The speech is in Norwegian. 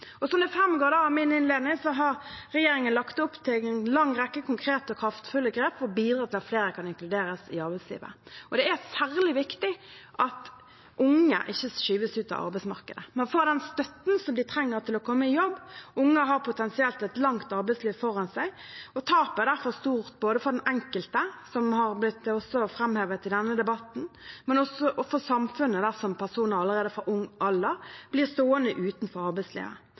Som det framgår av min innledning, har regjeringen lagt opp til en lang rekke konkrete og kraftfulle grep for å bidra til at flere kan inkluderes i arbeidslivet. Det er særlig viktig at unge ikke skyves ut av arbeidsmarkedet, men får den støtten de trenger for å komme i jobb. Unge har potensielt et langt arbeidsliv foran seg, og tapet er derfor stort både for den enkelte – som også er blitt framhevet i denne debatten – og for samfunnet dersom personer allerede fra ung alder blir stående utenfor arbeidslivet.